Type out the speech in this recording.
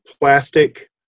plastic